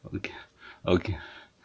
okay okay